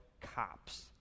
Cops